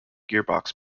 gearbox